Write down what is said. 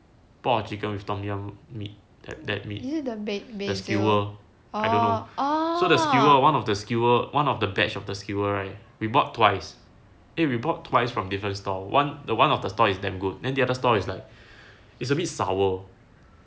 pork or chicken with tom yum meat that that meat festival so the skewer one of the skewer one of the batch of the skewer right we bought twice eh we bought twice from different store one the one of the store is damn good then the other stall is like it's a bit sour